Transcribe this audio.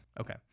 okay